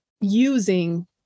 using